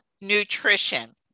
nutrition